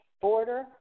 border